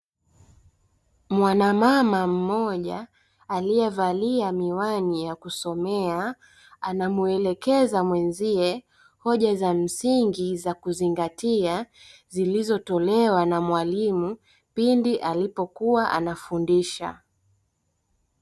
Mwanamama mmoja aliyevalia miwani ya kusomea, anamuelekeza mwenzie hoja za msingi za kuzingatia; zilizotolewa na mwalimu pindi alipokuwa anafundisha.